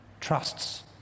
trusts